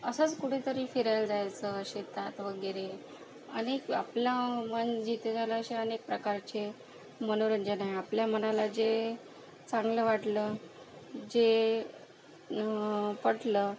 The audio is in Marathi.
असंच कुठेतरी फिरायला जायचं शेतात वगैरे आणिक् आपलां मन जिथे झालं असे अनेक प्रकारचे मनोरंजन आहे आपल्या मनाला जे चांगलं वाटलं जे पटलं